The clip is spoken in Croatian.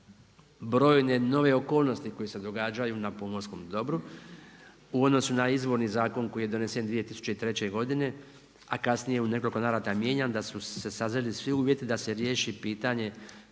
brojne nove okolnosti koje se događaju na pomorskom dobru u odnosu na izvorni zakon koji je donesen 2003. godine, a kasnije u nekoliko navrata mijenjan, da su se sazreli svi uvjeti da se riješi pitanje